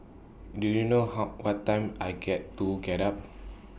do you know how what time I get to get up